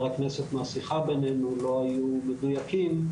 הכנסת מהשיחה בינינו לא היו מדוייקים.